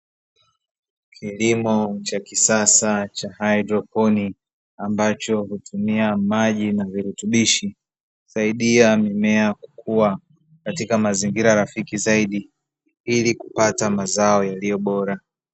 Kilimo cha kisasa cha haidroponi, ambacho hutumia maji na virutubishi, husaidia mimea kukua katika mazingira rafiki zaidi ili kupata mazao yaliyo bora.